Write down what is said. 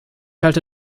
halte